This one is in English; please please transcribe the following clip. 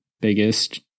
biggest